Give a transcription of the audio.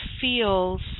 feels